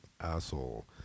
asshole